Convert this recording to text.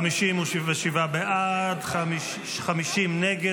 57 בעד, 50 נגד.